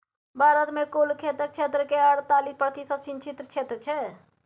भारत मे कुल खेतक क्षेत्र केर अड़तालीस प्रतिशत सिंचित क्षेत्र छै